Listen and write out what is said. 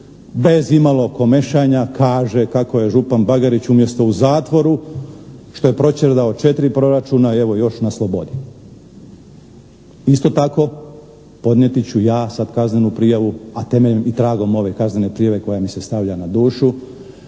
bez imalo komešanja kaže kako je župan Bagarić umjesto u zatvoru što je proćerdao četiri proračuna evo još na slobodi. Isto tako, podnijeti ću ja sada kaznenu prijavu a temeljem i tragom ove kaznene prijave koja mi se stavlja na dušu